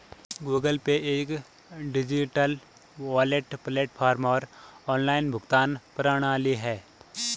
Google Pay एक digital wallet platform और online भुगतान प्रणाली है